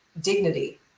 dignity